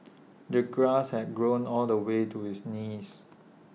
the grass had grown all the way to his knees